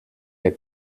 les